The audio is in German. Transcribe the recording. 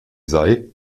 sei